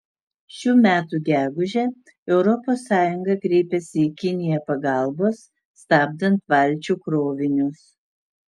šių metų gegužę europos sąjunga kreipėsi į kiniją pagalbos stabdant valčių krovinius